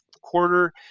quarter